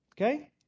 Okay